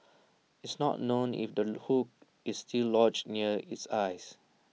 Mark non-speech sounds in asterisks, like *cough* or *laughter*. it's not known if the *noise* hook is still lodged near its eyes